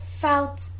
felt